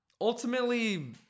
ultimately